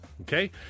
Okay